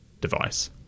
device